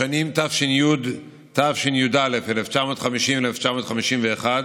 בשנים תש"י-תשי"א, 1951-1950,